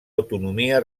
autonomia